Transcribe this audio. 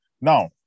Now